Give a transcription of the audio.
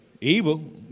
evil